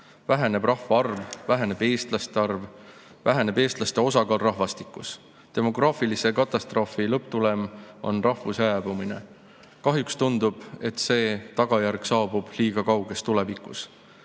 Väheneb rahvaarv, väheneb eestlaste arv, väheneb eestlaste osakaal rahvastikus. Demograafilise katastroofi lõpptulem on rahvuse hääbumine. Kahjuks tundub, et see tagajärg saabub liiga kauges tulevikus.